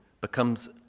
becomes